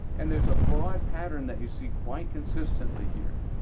and there's a broad pattern that you see quite consistently here.